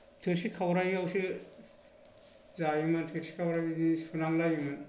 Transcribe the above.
थोरसि खावरायावसो जायोमोन थोरसि खावराय बिदि सुनांलायोमोन